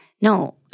no